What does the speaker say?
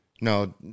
No